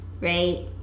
right